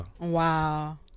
Wow